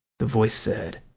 the voice said.